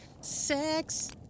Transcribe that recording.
sex